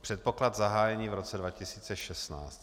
Předpoklad zahájení v roce 2016.